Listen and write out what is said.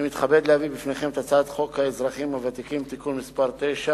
אני מתכבד להביא בפניכם את הצעת חוק האזרחים הוותיקים (תיקון מס' 9),